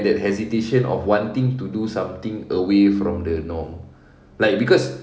that hesitation of wanting to do something away from the norm like cause